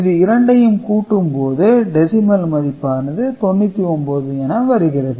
இது இரண்டையும் கூட்டும் போது டெசிமல் மதிப்பானது 99 என வருகிறது